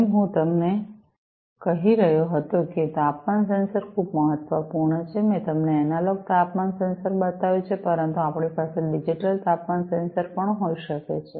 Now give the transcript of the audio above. જેમ હું તમને કહી રહ્યો હતો કે તાપમાન સેન્સર ખૂબ મહત્વપૂર્ણ છે મેં તમને એનાલોગ તાપમાન સેન્સર બતાવ્યું છે પરંતુ આપણી પાસે ડિજિટલ તાપમાન સેન્સર પણ હોઈ શકે છે